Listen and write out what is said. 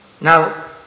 Now